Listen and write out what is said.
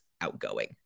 outgoing